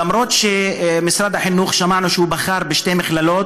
למרות ששמענו שמשרד החינוך בחר בשתי מכללות